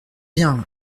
bien